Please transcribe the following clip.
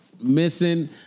Missing